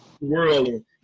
world